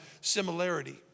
similarity